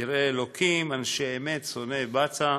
יראי אלוקים, אנשי אמת, שונאי בצע,